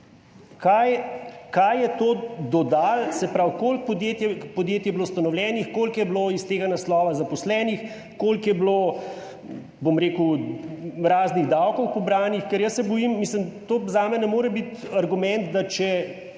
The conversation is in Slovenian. koliko podjetij je bilo ustanovljenih, koliko je bilo iz tega naslova zaposlenih, koliko je bilo raznih davkov pobranih? Ker jaz se bojim, mislim, to zame ne more biti argument, da če